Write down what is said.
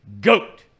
GOAT